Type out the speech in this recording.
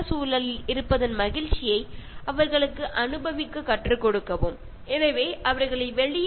അല്ലാതെ എപ്പോഴും മൊബൈലിലോ കമ്പ്യൂട്ടറിലോ വീഡിയോ ഗെയിമുകൾ കളിച്ചിരിക്കാനല്ല പ്രേരിപ്പിക്കേണ്ടത്